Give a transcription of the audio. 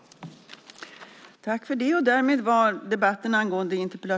Vi lär säkert få återkomma.